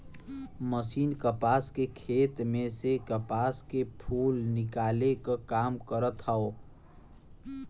machine कपास के खेत में से कपास के फूल निकाले क काम करत हौ